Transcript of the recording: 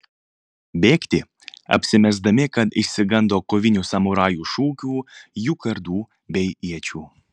bėgti apsimesdami kad išsigando kovinių samurajų šūkių jų kardų bei iečių